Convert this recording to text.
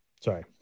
Sorry